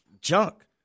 junk